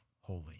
holy